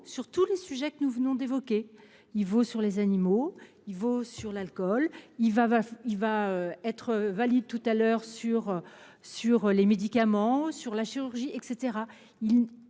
sur tous les sujets que nous venons d'évoquer, il vaut sur les animaux il vaut sur l'alcool il va il va être valide tout à l'heure sur, sur les médicaments sur la chirurgie et